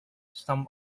some